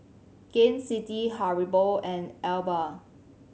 Gain City Haribo and Alba